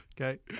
Okay